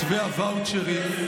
מתווה הוואוצ'רים,